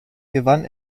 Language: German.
gewann